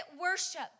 worship